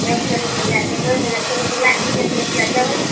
एक सए रुपैआ देबै तऽ एक सए रुपैया छै तऽ एक सए रुपैआ देबै ने